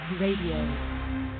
Radio